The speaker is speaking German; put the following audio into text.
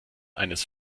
eines